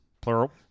plural